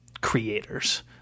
creators